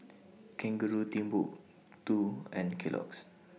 Kangaroo Timbuk two and Kellogg's